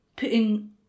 putting